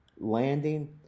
landing